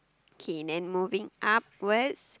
okay then moving upwards